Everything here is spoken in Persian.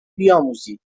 بیاموزید